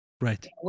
Right